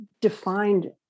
defined